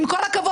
עם כל הכבוד,